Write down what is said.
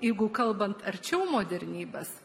jeigu kalbant arčiau modernybės